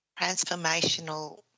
transformational